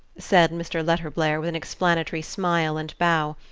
said mr. letterblair with an explanatory smile and bow.